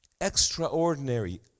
extraordinary